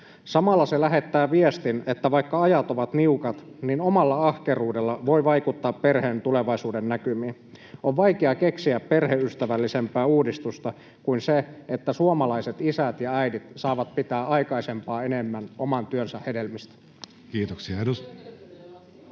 Samalla se lähettää viestin, että vaikka ajat ovat niukat, niin omalla ahkeruudella voi vaikuttaa perheen tulevaisuuden näkymiin. On vaikea keksiä perheystävällisempää uudistusta kuin se, että suomalaiset isät ja äidit saavat pitää aikaisempaa enemmän oman työnsä hedelmistä. [Miapetra